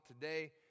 today